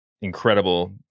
incredible